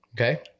Okay